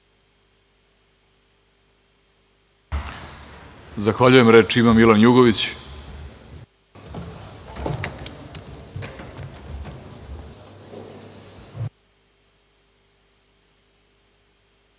Zahvaljujem. Reč ima Milan Jugović.